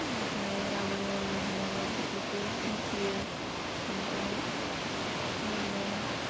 ओमफाय रामायण महाभारत बेफोरखौ मिथियो ओमफाय माबाया